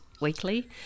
weekly